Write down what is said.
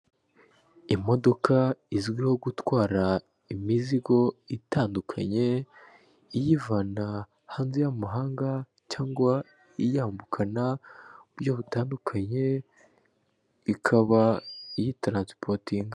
Imodoka izwiho gutwara imizigo itandukanye iyivana hanze y'amahanga cyangwa iyambukana mu buryo butandukanye, ikaba iyitaransipotinga.